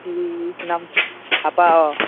কি নামটো অ'